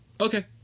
Okay